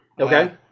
Okay